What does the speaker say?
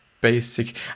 basic